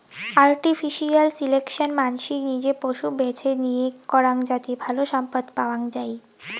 artificial selection মানসি নিজে পশু বেছে নিয়ে করাং যাতি ভালো সম্পদ পাওয়াঙ যাই